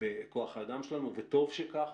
בכוח האדם שלנו, וטוב שכך.